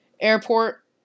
airport